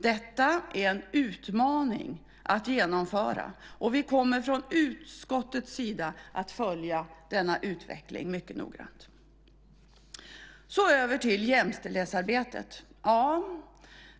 Detta är en utmaning att genomföra, och vi kommer från utskottets sida att följa denna utveckling mycket noggrant. Över till jämställdhetsarbetet.